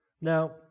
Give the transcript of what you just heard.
Now